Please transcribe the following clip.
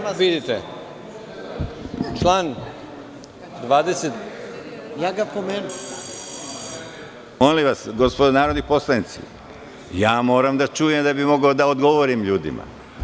Vidite, član 27…. (Predsedavajući: Molim vas, narodni poslanici, ja moram da čujem da bi mogao da odgovorim ljudima.